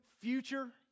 future